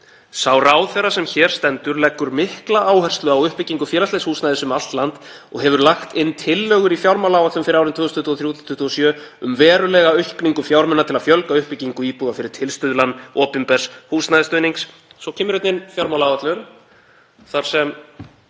„Sá ráðherra sem hér stendur leggur mikla áherslu á uppbyggingu félagslegs húsnæðis um allt land og hefur lagt inn tillögur í fjármálaáætlun fyrir árin 2023–2027 um verulega aukningu fjármuna til að fjölga uppbyggingu íbúða fyrir tilstuðlan opinbers húsnæðisstuðnings.“ Svo kemur fjármálaáætlun þar sem